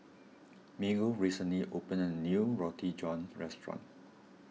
Miguel recently opened a new Roti John restaurant